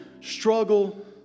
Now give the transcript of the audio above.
struggle